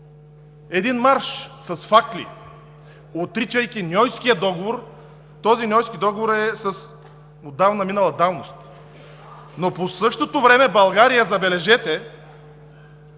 един марш с факли, отричайки Ньойския договор, който е с отдавна минала давност, но по същото време България, забележете,